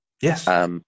Yes